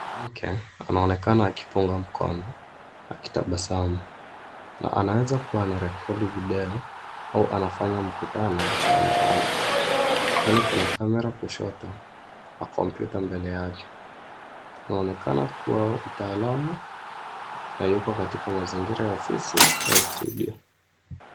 Mwanake anaonekana akipunga mkono, akitabasamu. Anaweza kuwa anarekodi video au anafanya mkutano mtandaoni kwani kuna kamera kushoto na kompyuta mbele yake. Inaonekana kuwa mtaalam hayuko katika mazingira ya ofisi au studio .